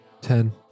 ten